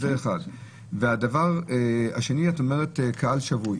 את אומרת קהל שבוי.